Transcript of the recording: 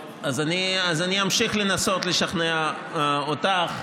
אני אמשיך לנסות לשכנע אותך.